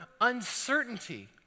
uncertainty